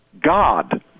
God